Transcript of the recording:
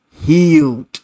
healed